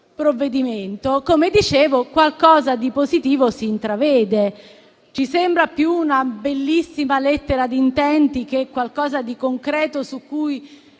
come dicevo, qualcosa di positivo si intravede. Ci sembra più una bellissima lettera di intenti che qualcosa di concreto su cui